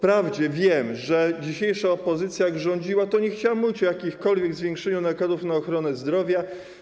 Wprawdzie wiem, że dzisiejsza opozycja, jak rządziła, nie chciała mówić o jakimkolwiek zwiększeniu nakładów na ochronę zdrowia.